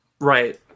Right